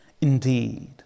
Indeed